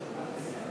תודה